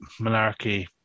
Malarkey